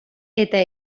eta